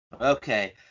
okay